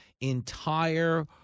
entire